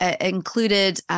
included